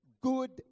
good